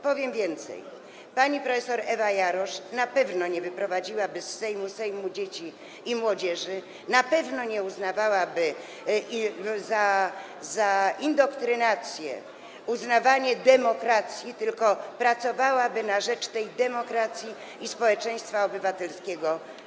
Powiem więcej: pani prof. Ewa Jarosz na pewno nie wyprowadziłaby z Sejmu Sejmu Dzieci i Młodzieży, na pewno nie uznawałaby za indoktrynację uznawania demokracji, tylko pracowałaby z dziećmi na rzecz tej demokracji i społeczeństwa obywatelskiego.